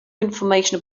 information